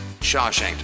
Shawshank